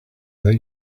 that